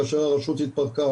כאשר הרשות התפרקה,